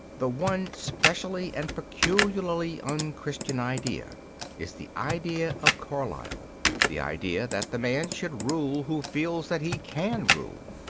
the one specially and peculiarly un-christian idea is the idea of carlyle the idea that the man should rule who feels that he can rule.